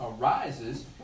arises